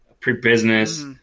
pre-business